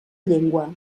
llengua